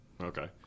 Okay